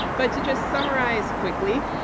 but to just summarize quickly,